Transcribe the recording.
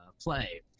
play